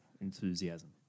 enthusiasm